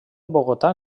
bogotà